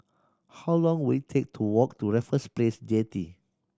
how long will it take to walk to Raffles Place Jetty